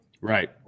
right